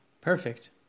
perfect